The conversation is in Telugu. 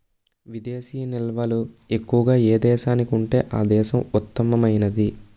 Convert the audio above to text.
విదేశీ నిల్వలు ఎక్కువగా ఏ దేశానికి ఉంటే ఆ దేశం ఉత్తమమైనది